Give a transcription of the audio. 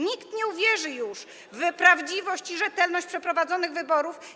Nikt nie uwierzy już w prawdziwość i rzetelność przeprowadzonych wyborów.